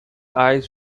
eyes